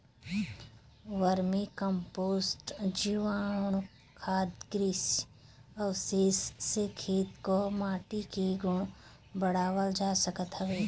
vermi compost, जीवाणुखाद, कृषि अवशेष से खेत कअ माटी के गुण बढ़ावल जा सकत हवे